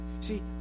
See